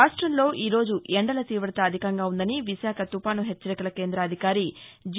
రాష్టంలో ఈరోజు ఎండల తీవత అధికంగా ఉందని విశాఖ తుఫాన్ హెచ్చరికల కేంద అధికారి జీ